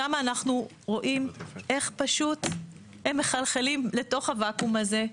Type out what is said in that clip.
שם אנחנו רואים איך הם מחלחלים לתוך הוואקום הזה,